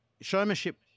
showmanship